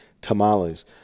tamales